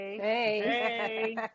hey